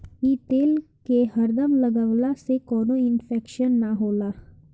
इ तेल के हरदम लगवला से कवनो इन्फेक्शन ना होला